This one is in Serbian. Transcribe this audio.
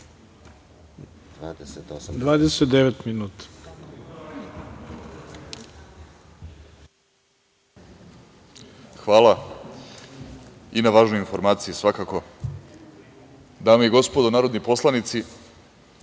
Orlić** Hvala i na važnoj informaciji svakako. Dame i gospodo narodni poslanici,